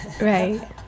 Right